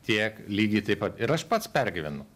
tiek lygiai taip pat ir aš pats pergyvenu